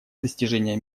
достижения